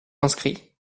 inscrit